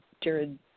Jared